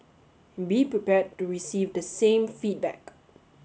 be prepared to receive the same feedback